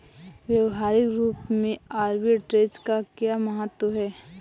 व्यवहारिक रूप में आर्बिट्रेज का क्या महत्व है?